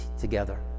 together